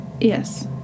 Yes